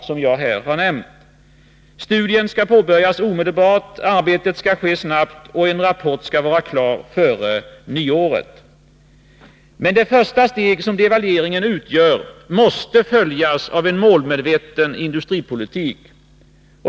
Studien skall påbörjas omedelbart, arbetet ske snabbt och en rapport vara klar före nyåret. Men det första steg som devalveringen utgör måste följas av en målmedveten industripolitik.